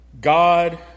God